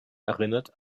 erinnert